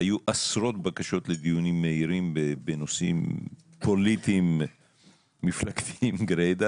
היו עשרות בקשות לדיונים מהירים בנושאים פוליטיים מפלגתיים גרידא